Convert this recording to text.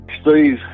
Steve